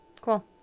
Cool